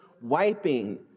wiping